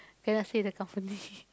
cannot say the company